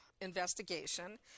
investigation